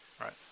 Right